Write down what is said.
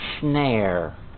snare